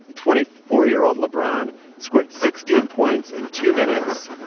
twenty four year old lebron scored sixteen points in two minutes.